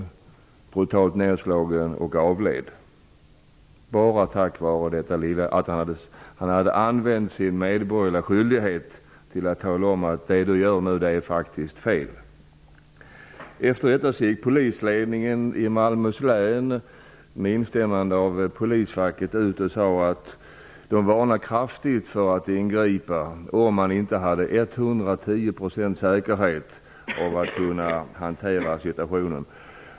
Där blev han brutalt nedslagen, varpå han avled -- just på grund av att han hade sett det som sin medborgerliga skyldighet att tala om för pojken att det han gjorde faktiskt var fel. Efter detta gick polisledningen i Malmöhus län och polisfacket ut och varnade kraftigt: Människor skall inte ingripa om de inte med 110 % säkerhet kan hantera situationen.